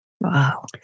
Wow